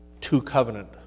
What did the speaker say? two-covenant